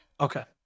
Okay